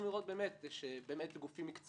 היוצרים באמת פוחדים.